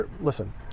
listen